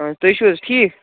آ تُہۍ چھِو حظ ٹھیٖک